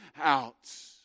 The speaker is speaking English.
out